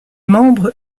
membre